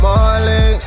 Marley